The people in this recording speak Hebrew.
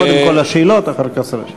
קודם כול השאלות ואחר כך השר ישיב.